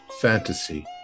fantasy